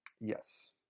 Yes